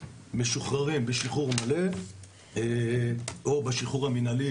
משוחררים בשחרור מלא או בשחרור המינהלי